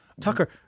Tucker